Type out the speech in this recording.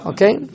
Okay